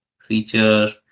feature